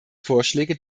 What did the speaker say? vorschläge